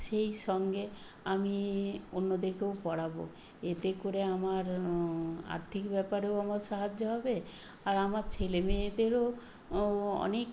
সেই সঙ্গে আমি অন্যদেরকেও পড়াবো এতে করে আমার আর্থিক ব্যাপারেও আমার সাহায্য হবে আর আমার ছেলে মেয়েদেরও ও অনেক